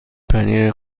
پنیر